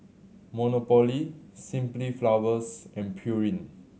Monopoly Simply Flowers and Pureen